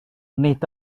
nid